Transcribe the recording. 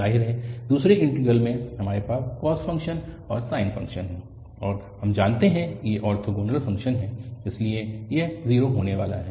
जाहिर है दूसरे इंटीग्रल में हमारे पास कॉस फंक्शन और साइन फंक्शन है और हम जानते हैं कि ये ऑर्थोगोनल फंक्शन हैं इसलिए यह 0 होने वाला है